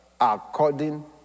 according